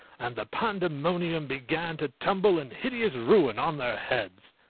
and the pandemonium began to tumble in hideous ruin on their heads.